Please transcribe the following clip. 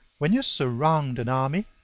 when you surround an army,